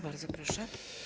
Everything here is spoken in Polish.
Bardzo proszę.